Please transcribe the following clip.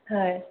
হয়